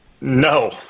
No